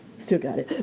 still got it